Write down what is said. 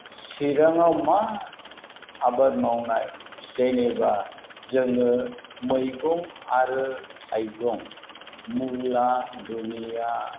चिराङाव मा आबाद मावनाय जेनेबा जोङो मैगं आरो थाइगं मुला दुनिया